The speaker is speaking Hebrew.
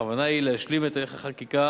הכוונה היא להשלים את הליך החקיקה